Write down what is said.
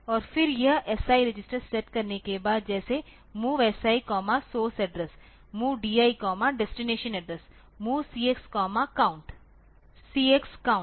और फिर यह SI रजिस्टर सेट करने के बाद जैसे MOV SI source address MOV DI destination address और MOV CX count CX count